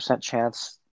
chance